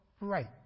right